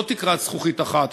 לא תקרת זכוכית אחת,